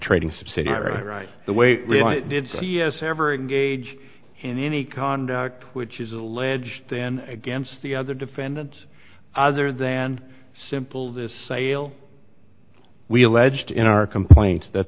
trading subsidiary right the way we did c s ever engage in any conduct which is alleged and against the other defendant other than simple this sale we alleged in our complaint that